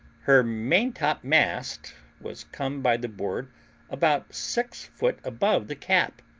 her maintop-mast was come by the board about six foot above the cap,